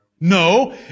No